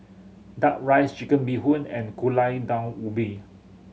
Duck Rice Chicken Bee Hoon and Gulai Daun Ubi